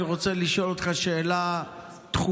אני רוצה לשאול אותך שאלה דחופה,